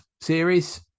series